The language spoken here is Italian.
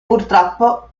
purtroppo